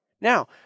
Now